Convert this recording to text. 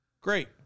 Great